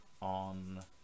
on